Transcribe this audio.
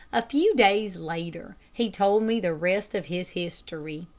a few days later, he told me the rest of his history.